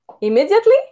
immediately